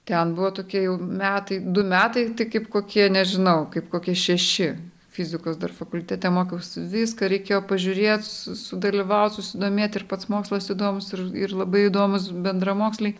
ten buvo tokie jau metai du metai tai kaip kokie nežinau kaip kokie šeši fizikos dar fakultete mokiausi viską reikėjo pažiūrėt su sudalyvaut susidomėti ir pats mokslas įdomus ir ir labai įdomūs bendramoksliai